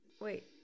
Wait